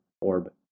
orb